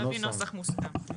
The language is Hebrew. נביא נוסח מוסכם.